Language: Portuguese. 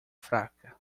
fraca